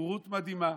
בורות מדהימה,